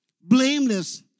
Blameless